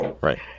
Right